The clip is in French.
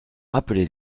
rappelé